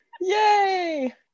Yay